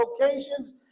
locations